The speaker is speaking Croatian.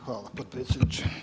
Hvala potpredsjedniče.